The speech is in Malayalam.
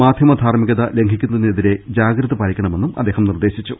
മാധ്യമ ധാർമികത ലംഘി ക്കുന്നതിനെതിരെ ജാഗ്രത പാലിക്കണമെന്നും അദ്ദേഹം നിർദേശിച്ചു